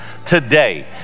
today